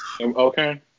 okay